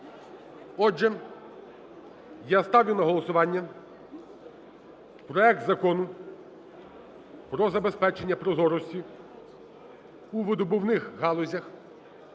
Отже, я ставлю на голосування проект Закону про забезпечення прозорості у видобувних галузях